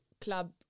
club